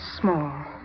small